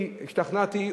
השתכנעתי,